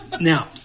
Now